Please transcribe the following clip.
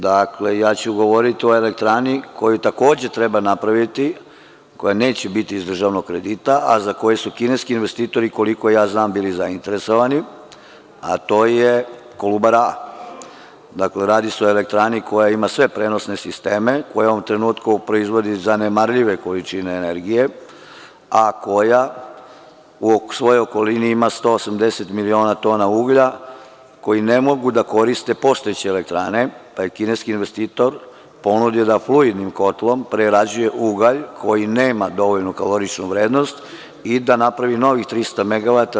Dakle, govoriću o elektrani koju, takođe, treba napraviti, a koja neće biti iz državnog kredita, a za koju su kineski investitori, koliko znam, bili zainteresovani, a to je Kolubara A. Dakle, radi se o elektrani koja ima sve prenosne sisteme, koja u ovom trenutku proizvodi zanemarljive količine energije, a koja u svojoj okolini ima 180 miliona tona uglja, koji ne mogu da koriste postojeće elektrane, pa je kineski investitor ponudio da fluidnim kotlom prerađuje ugalj koji nema dovoljnu kaloričnu vrednost i da napravi novih 300 megavata.